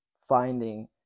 finding